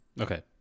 Okay